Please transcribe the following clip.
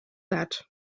that